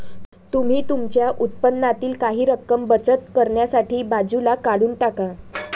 तुम्ही तुमच्या उत्पन्नातील काही रक्कम बचत करण्यासाठी बाजूला काढून टाका